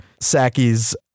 Saki's